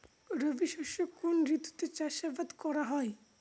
রবি শস্য কোন ঋতুতে চাষাবাদ করা হয়?